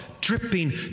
dripping